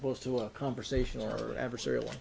opposed to a conversation or adversarial